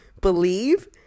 believe